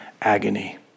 agony